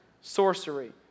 sorcery